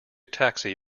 taxi